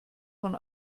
von